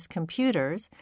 Computers